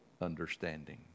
understanding